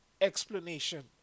explanation